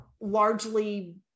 largely